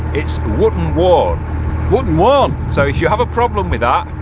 it's wootten worn wootten worn so if you have a problem with that.